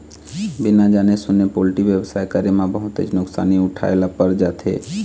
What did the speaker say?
बिना जाने सूने पोल्टी बेवसाय करे म बहुतेच नुकसानी उठाए ल पर जाथे